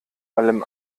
allem